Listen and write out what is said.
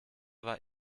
war